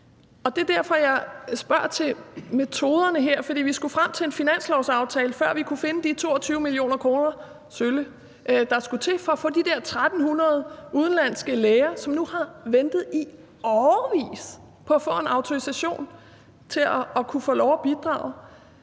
Det er derfor, jeg spørger til metoderne her, for vi skulle frem til en finanslovsaftale, før vi kunne finde de 22 mio. kr. – sølle – der skulle til, for at de der 1.300 udenlandske læger, som nu har ventet i årevis på at få en autorisation, kunne få lov til at bidrage.